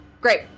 Great